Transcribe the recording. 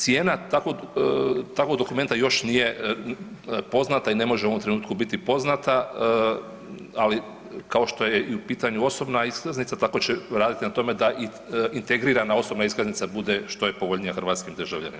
Cijena takvog dokumenta još nije poznate i ne može u ovom trenutku biti poznata, ali kao što je i u pitanju osobna iskaznica tako će raditi na tome da integrirana osobna iskaznica bude što je povoljnija hrvatskim državljanima.